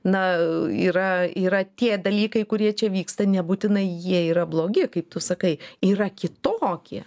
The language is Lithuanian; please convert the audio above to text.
na yra yra tie dalykai kurie čia vyksta nebūtinai jie yra blogi kaip tu sakai yra kitokie